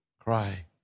cry